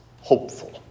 hopeful